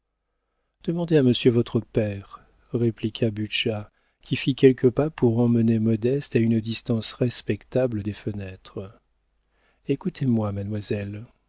demandez à monsieur votre père répliqua butscha qui fit quelques pas pour emmener modeste à une distance respectable des fenêtres écoutez-moi mademoiselle